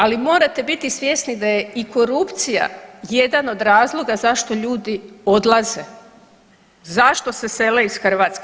Ali morate biti svjesni da je i korupcija jedan od razloga zašto ljudi odlaze, zašto se sele iz Hrvatske.